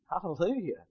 Hallelujah